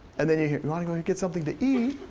and then hear, wanna go get something to eat?